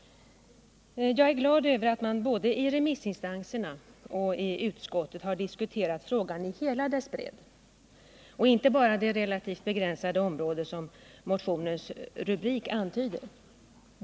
Jag är glad över att man både i remissinstanserna och i utskottet har diskuterat frågan i hela dess bredd och inte bara det relativt begränsade område som motionens rubrik antyder.